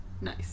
Nice